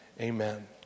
Amen